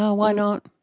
ah why not?